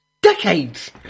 decades